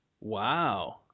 Wow